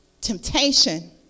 temptation